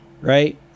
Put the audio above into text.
right